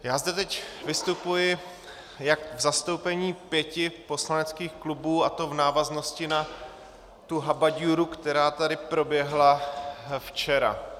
Já zde teď vystupuji v zastoupení pěti poslaneckých klubů, a to v návaznosti na tu habaďůru, která tady proběhla včera.